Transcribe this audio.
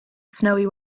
snowy